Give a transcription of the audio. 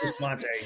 Monte